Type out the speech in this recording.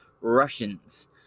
Russians